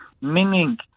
meaning